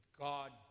God